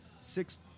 six